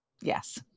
Yes